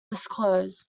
disclosed